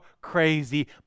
crazy